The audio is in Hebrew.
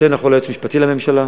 יותר נכון ליועץ המשפטי לממשלה,